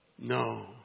No